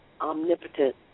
omnipotent